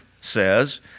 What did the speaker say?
says